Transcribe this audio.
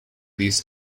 these